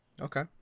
okay